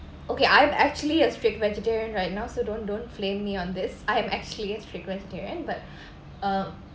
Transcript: okay I'm actually a strict vegetarian right now so don't don't flame me on this I'm actually a strict vegetarian but uh